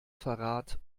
verrat